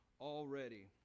already